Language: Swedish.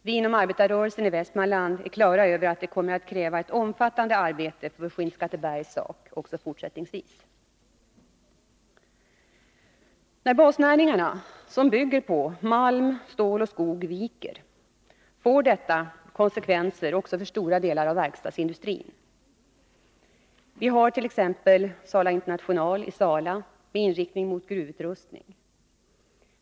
Vi inom arbetarrörelsen i Västmanland är klara över att det kommer att krävas ett omfattande arbete för Skinnskattebergs sak också fortsättningsvis. När basnäringarna, som bygger på malm, stål och skog, viker, får detta konsekvenser också för stora delar av verkstadsindustrin. Vi har t.ex. Sala International i Sala med inriktning på gruvutrustning.